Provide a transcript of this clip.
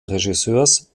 regisseurs